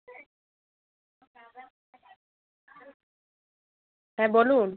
হ্যাঁ বলুন